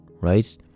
right